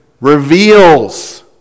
reveals